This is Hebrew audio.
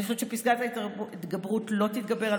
אני חושבת שפסקת ההתגברות לא תתגבר על